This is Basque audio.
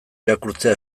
irakurtzea